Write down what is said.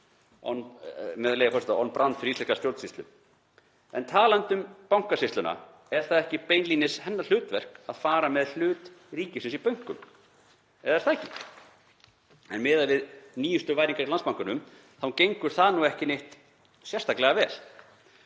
skemmtilega „on brand“ fyrir íslenska stjórnsýslu. En talandi um Bankasýsluna, er það ekki beinlínis hennar hlutverk að fara með hlut ríkisins í bönkum? Miðað við nýjustu væringar í Landsbankanum þá gengur það ekki neitt sérstaklega vel.